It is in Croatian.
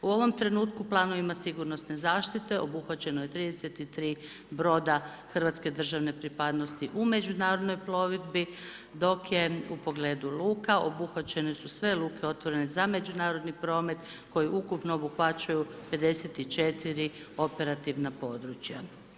Uz ovom trenutku u plavima sigurnosne zaštite obuhvaćeno je 33 broda hrvatske državne pripadnosti u međunarodnoj plovidbi, dok je u pogledu luka obuhvaćene su sve luke otvorene za međunarodni promet koji ukupno obuhvaćaju 54 operativna područja.